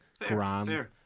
grand